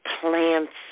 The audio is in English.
plants